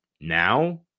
now